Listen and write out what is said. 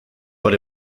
but